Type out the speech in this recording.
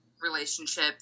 relationship